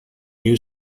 new